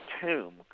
tomb